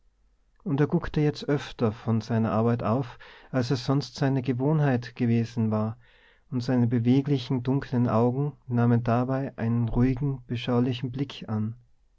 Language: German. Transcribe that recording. und er guckte jetzt öfter von seiner arbeit auf als es sonst seine gewohnheit gewesen war und seine beweglichen dunklen augen nahmen dabei einen ruhigen beschaulichen blick an